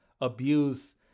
abuse